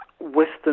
Western